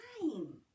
time